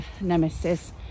nemesis